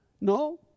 No